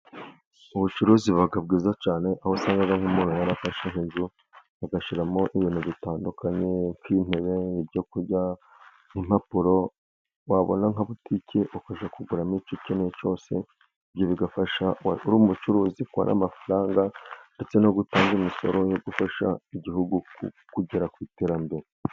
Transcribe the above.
Ubucuruzi buba bwiza cyane, aho usanga nk'umuntu yarafashe inzu ugashyiramo ibintu bitandukanye, intebe, ibyo kurya, impapuro ,wabona nka butike ukajya kuguramo icyo ukeneye cyose, ibyo bigafasha umucuruzi kubona amafaranga, ndetse no gutanga imisoro yo gufasha igihugu kugera ku iterambere.